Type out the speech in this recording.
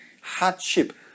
hardship